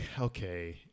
okay